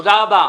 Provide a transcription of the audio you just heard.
תודה רבה.